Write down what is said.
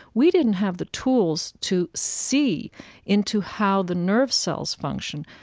we didn't have the tools to see into how the nerve cells function,